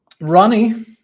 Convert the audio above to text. Ronnie